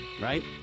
right